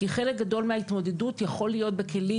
וחלק גדול מההתמודדות יכול להיות בכלים